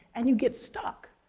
and you get stuck,